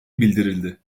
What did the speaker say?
bildirildi